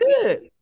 good